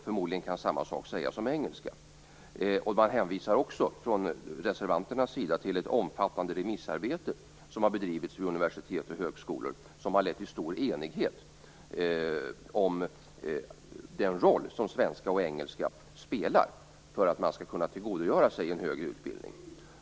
Förmodligen kan samma sak sägas om engelska. Reservanterna hänvisar också till ett omfattande remissarbete som har bedrivits vid universitet och högskolor. Det har lett till stor enighet om den roll som svenska och engelska spelar för att man skall kunna tillgodogöra sig en högre utbildning.